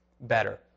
better